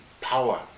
power